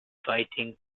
fighting